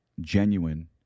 genuine